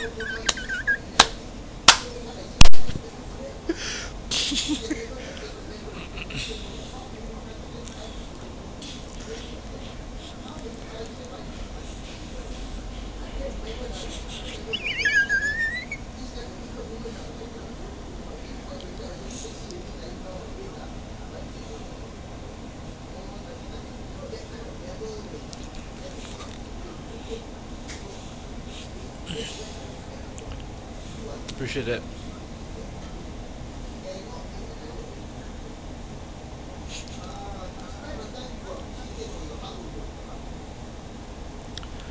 appreciate that